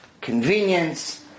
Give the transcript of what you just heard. convenience